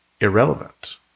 irrelevant